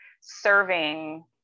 serving